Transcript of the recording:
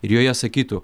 ir joje sakytų